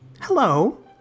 Hello